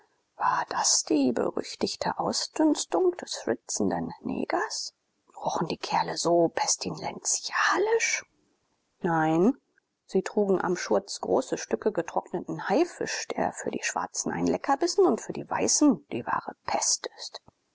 war das die berüchtigte ausdünstung des schwitzenden negers rochen die kerle so pestilenzialisch nein sie trugen am schurz große stücke getrockneten haifisch der für die schwarzen ein leckerbissen und für die weißen die wahre pest ist